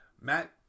Matt